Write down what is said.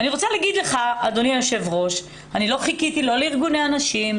אני רוצה להגיד לך אדוני היושב ראש שלא חיכיתי לא לארגוני הנשים,